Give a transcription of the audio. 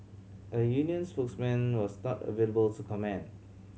a union spokesman was not available to comment